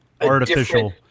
Artificial